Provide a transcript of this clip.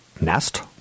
Nest